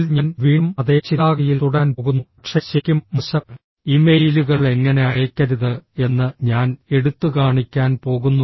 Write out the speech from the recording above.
ഇതിൽ ഞാൻ വീണ്ടും അതേ ചിന്താഗതിയിൽ തുടരാൻ പോകുന്നു പക്ഷേ ശരിക്കും മോശം ഇമെയിലുകൾ എങ്ങനെ അയയ്ക്കരുത് എന്ന് ഞാൻ എടുത്തുകാണിക്കാൻ പോകുന്നു